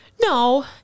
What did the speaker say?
No